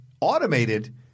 automated